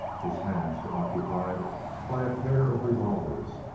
his hands were occupied by a pair of revolvers,